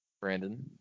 brandon